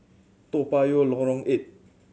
Toa Payoh Lorong Eight